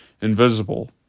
invisible